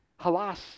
Halas